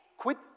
Quit